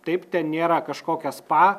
taip ten nėra kažkokio spa